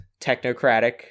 technocratic